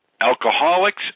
alcoholics